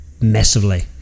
Massively